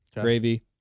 Gravy